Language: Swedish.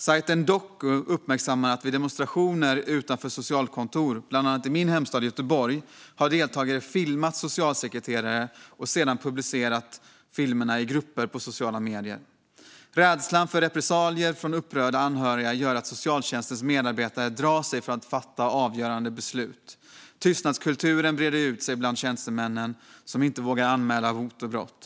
Sajten Doku uppmärksammar att deltagare i demonstrationer utanför socialkontor, bland annat i min hemstad Göteborg, har filmat socialsekreterare och sedan publicerat filmerna i grupper på sociala medier. Rädslan för repressalier från upprörda anhöriga gör att socialtjänstens medarbetare drar sig för att fatta avgörande beslut. Tystnadskulturen breder ut sig bland tjänstemännen, som inte vågar anmäla hot och brott.